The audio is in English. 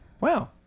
wow